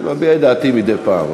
אני מביע את דעתי מדי פעם.